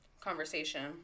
conversation